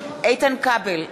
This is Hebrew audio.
איתן כבל,